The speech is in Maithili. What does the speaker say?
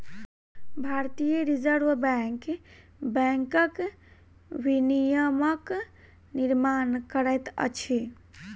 भारतीय रिज़र्व बैंक बैंकक विनियमक निर्माण करैत अछि